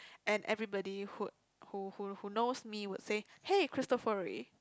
and everybody would who who knows me would say hey cristofori